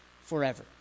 forever